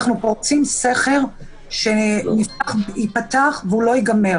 אנחנו פורצים סכר שיפתח ולא יסתיים.